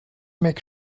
make